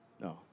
no